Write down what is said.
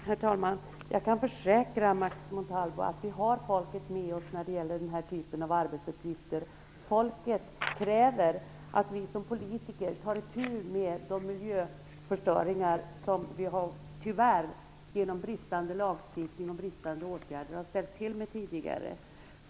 Herr talman! Jag kan försäkra Max Montalvo om att vi har folket med oss när det gäller denna typ av arbetsuppgifter. Folket kräver att vi som politiker tar itu med de miljöförstöringar som vi genom bristande lagstiftning och bristande åtgärder tyvärr har ställt till med tidigare.